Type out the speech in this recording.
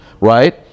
right